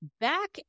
back